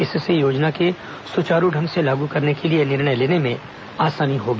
इससे योजना सुचारू ढंग से लागू करने के लिए निर्णय लेने में आसानी होगी